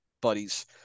buddies